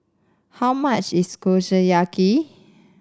how much is Kushiyaki